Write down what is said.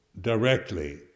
directly